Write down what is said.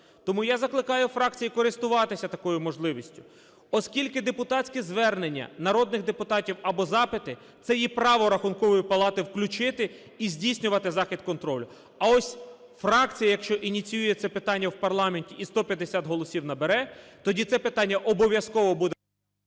Тому я закликаю фракції користуватися такою можливістю, оскільки депутатські звернення народних депутатів або запити - це є право Рахункової палати включити і здійснювати захід контролю, а ось фракція, якщо ініціює це питання в парламенті і 150 голосів набере, тоді це питання обов'язково буде...